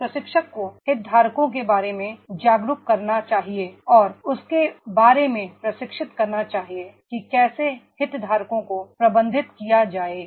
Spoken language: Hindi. एक प्रशिक्षक को हितधारकों के बारे में जागरूक करना चाहिए और उसके बारे में प्रशिक्षित करना चाहिए कि कैसे हितधारकों को प्रबंधित किया जाए